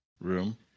room